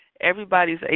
everybody's